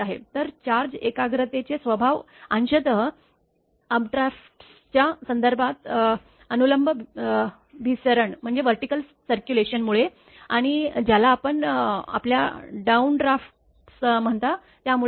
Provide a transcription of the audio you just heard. तर चार्ज एकाग्रतेचे स्वभाव अंशतः अपड्राफ्ट्सच्या संदर्भात अनुलंब भिसरण मुळे आणि ज्याला आपण आपल्या डाउनड्राफ्टस म्हणता त्यामुळे होते